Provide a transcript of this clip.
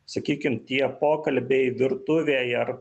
sakykim tie pokalbiai virtuvėj ar